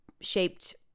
shaped